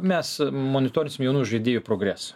mes monitorinsim jaunų žaidėjų progresą